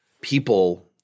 people